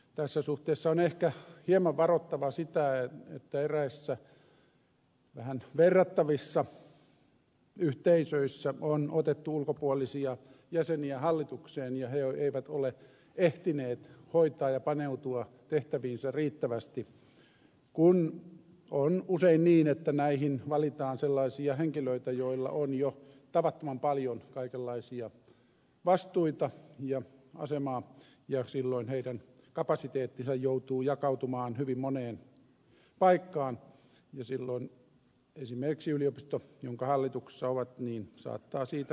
tässä suhteessa on ehkä hieman varottava sitä että eräissä vähän verrattavissa yhteisöissä on otettu ulkopuolisia jäseniä hallitukseen ja he eivät ole ehtineet hoitaa ja paneutua tehtäviinsä riittävästi kun on usein niin että näihin valitaan sellaisia henkilöitä joilla on jo tavattoman paljon kaikenlaisia vastuita ja asemaa ja silloin heidän kapasiteettinsa joutuu jakautumaan hyvin moneen paikkaan ja esimerkiksi yliopisto jonka hallituksessa he ovat saattaa siitä kärsiä